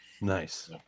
Nice